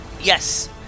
yes